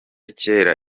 kera